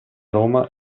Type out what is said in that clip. roma